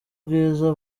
bwiza